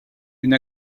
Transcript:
une